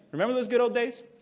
remember those good old days?